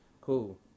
Cool